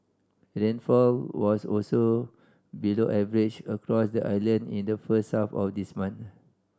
rainfall was also below average across the island in the first half of this month